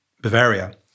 Bavaria